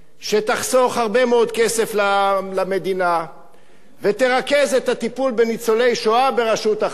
שתחסוך הרבה מאוד כסף למדינה ותרכז את הטיפול בניצולי השואה ברשות אחת.